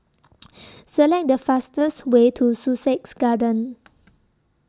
Select The fastest Way to Sussex Garden